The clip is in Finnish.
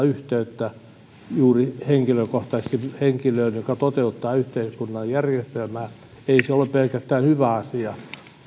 yhteyttä juuri henkilökohtaisesti henkilöön joka toteuttaa yhteiskunnan järjestelmää ei ole pelkästään hyvä asia